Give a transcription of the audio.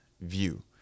view